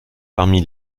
parmi